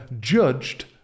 judged